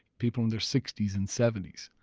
people in their sixty s and seventy s.